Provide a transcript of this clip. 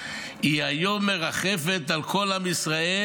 היא היום מרחפת על כל עם ישראל,